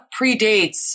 predates